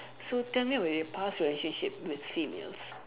so tell me about your past relationship with females